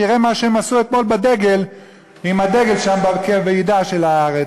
שיראה מה שהם עשו אתמול עם הדגל שם בוועידה של "הארץ",